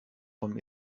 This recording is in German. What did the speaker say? vom